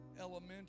elementary